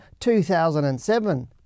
2007